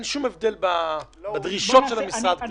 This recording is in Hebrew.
הם טוענים שאין שום הבדל בדרישות של המשרד כלפיהם.